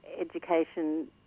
education